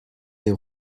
des